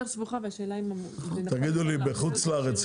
בחוץ לארץ,